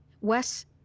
Wes